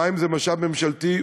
המים זה משאב ממשלתי,